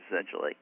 essentially